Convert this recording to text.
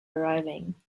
arriving